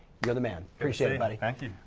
you're the man. appreciate it, buddy. thank you.